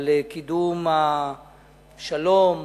על קידום השלום,